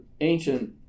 ancient